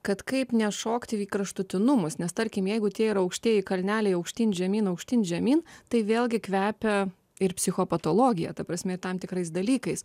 kad kaip nešokti į kraštutinumus nes tarkim jeigu tie ir aukštieji kalneliai aukštyn žemyn aukštyn žemyn tai vėlgi kvepia ir psichopatologija ta prasme ir tam tikrais dalykais